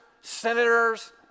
senators